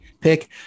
pick